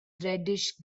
reddish